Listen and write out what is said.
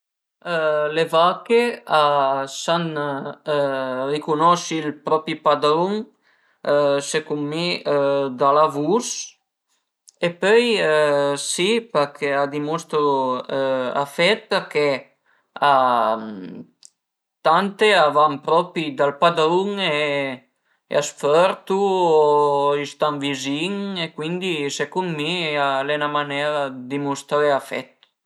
Le vache a san ricunosi ël propi padrun secund mi da la vus e pöi përché a dimustru afet përché tante a van propi dal padrun e a së fërtu a i stan vizin e cuindi secund mi al e 'na manera dë dimustré afet